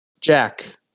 Jack